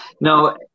No